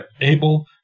able